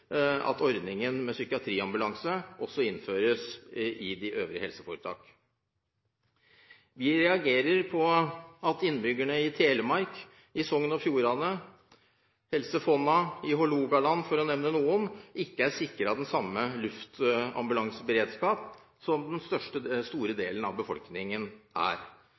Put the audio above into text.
at ordningen med psykiatriambulanse også innføres i de øvrige helseforetak. Vi reagerer på at innbyggerne i Telemark, i Sogn og Fjordane, i Hålogaland og i Helse Fonna – for å nevne noen – ikke er sikret den samme luftambulanseberedskap som flertallet av befolkningen.